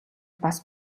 бас